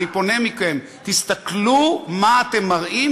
אני פונה אליכם: הסתכלו מה אתם מראים,